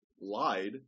lied